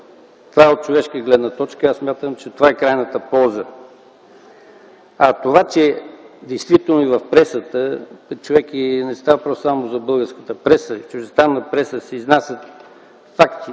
Това е от човешка гледна точка и аз смятам, че това е крайната полза. Това, че действително и в пресата, не става въпрос само за българската преса, а и в чуждестранната, се изнасят